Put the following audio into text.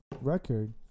record